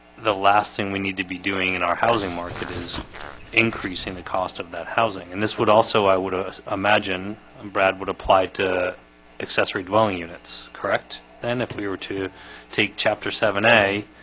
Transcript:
the last thing we need to be doing in our housing market is increasing the cost of that housing and this would also i would imagine and brad would apply to accessory dwelling units, correct then if we were to take chapter seven a